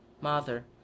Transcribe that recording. mother